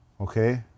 Okay